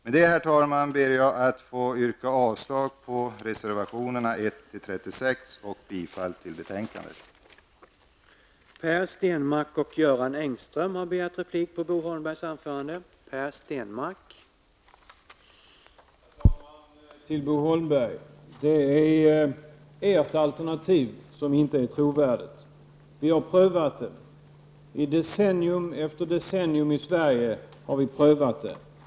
Med detta, herr talman, yrkar jag avslag på reservationerna 1--36 samt bifall till hemställan i betänkandet.